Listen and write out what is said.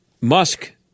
Musk